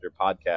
podcast